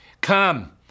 Come